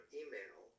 email